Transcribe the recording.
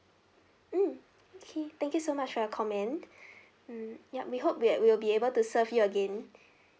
mm okay thank you so much for your comment mm yup we hope that we will be able to serve you again